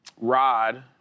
Rod